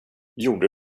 gjorde